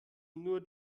nur